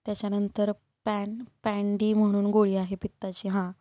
त्याच्यानंतर pan pan D म्हणून गोळी आहे पित्ताची हां